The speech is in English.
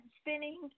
spinning